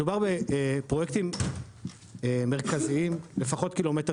מדובר בפרויקטים מרכזיים לפחות קילומטר